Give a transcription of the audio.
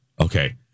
Okay